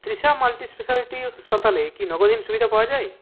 Trisha multispeciality হাসপাতালে কি নগদহীন সুবিধা পাওয়া যায়